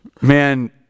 man